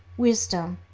wisdom,